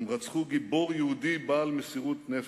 הם רצחו גיבור יהודי בעל מסירות נפש".